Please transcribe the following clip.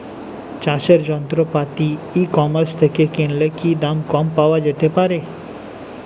চাষের যন্ত্রপাতি e commerce থেকে কিনলে কি দাম কম পাওয়া যেতে পারে?